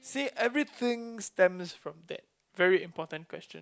see everything stems from that very important question